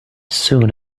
soon